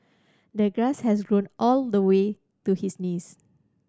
the grass has grown all the way to his knees